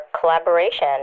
collaboration